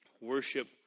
Worship